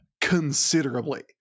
considerably